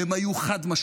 והם היו חד-משמעיים,